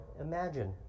imagine